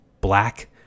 black